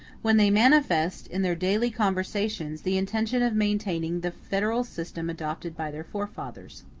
when they manifest, in their daily conversations, the intention of maintaining the federal system adopted by their forefathers.